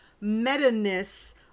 meta-ness